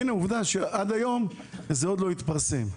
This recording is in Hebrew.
והנה, עובדה שעד היום זה לא התפרסם.